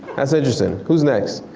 that's interesting, who's next?